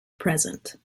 present